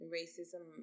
racism